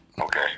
Okay